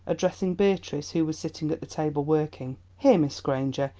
addressing beatrice, who was sitting at the table, working here, miss granger,